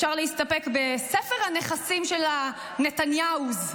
אפשר להסתפק בספר הנכסים של הנתניהוז,